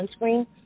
sunscreen